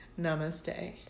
Namaste